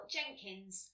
Jenkins